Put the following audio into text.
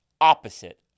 opposite